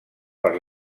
per